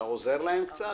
אתה עוזר להם קצת?